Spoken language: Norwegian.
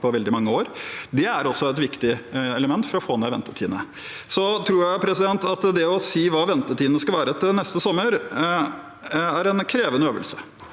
på veldig mange år. Det er også et viktig element for å få ned ventetidene. Så tror jeg at det å si hva ventetidene skal være til neste sommer, er en krevende øvelse